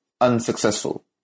unsuccessful